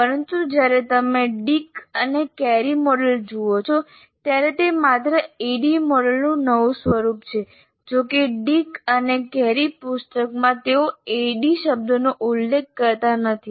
પરંતુ જ્યારે તમે ડિક અને કેરી મોડેલ જુઓ છો ત્યારે તે માત્ર ADDIE મોડેલનું નવું રૂપ છે જોકે ડિક અને કેરી પુસ્તકમાં તેઓ ADDIE શબ્દનો ઉલ્લેખ કરતા નથી